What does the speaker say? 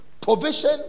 Provision